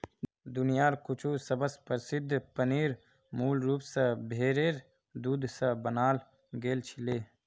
दुनियार कुछु सबस प्रसिद्ध पनीर मूल रूप स भेरेर दूध स बनाल गेल छिले